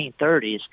1930s